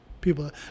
people